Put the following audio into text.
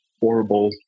horrible